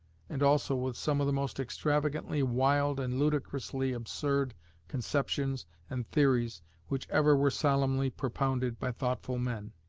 and also with some of the most extravagantly wild and ludicrously absurd conceptions and theories which ever were solemnly propounded by thoughtful men.